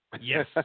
Yes